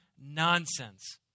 nonsense